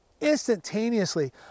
instantaneously